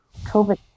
COVID